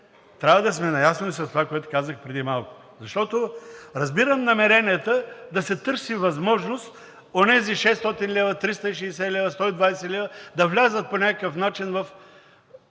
трябва да сме наясно и с това, което казах преди малко, защото разбирам намеренията да се търси възможност онези 600 лв., 360 лв., 120 лв. да влязат по някакъв начин в